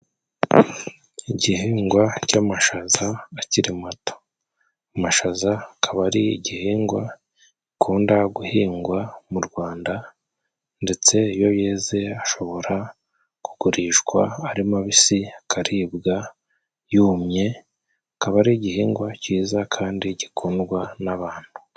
Igihingwa cy'amashaza akiri mato. Amashaza akaba ari igihingwa gikunda guhingwa mu Rwanda ndetse iyo yeze ashobora kugurishwa ari mabisi akaribwa yumye akaba ari igihingwa cyiza kandi gikundwa n'abantu.